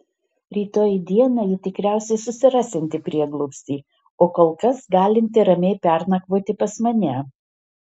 rytoj dieną ji tikriausiai susirasianti prieglobstį o kol kas galinti ramiai pernakvoti pas mane